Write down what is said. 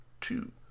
two